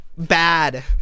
Bad